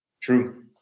True